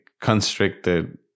constricted